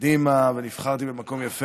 אז תשמע מה שהוא אומר.